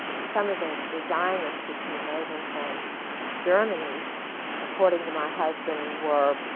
some of the the zionists who came over from germany according to my husband were.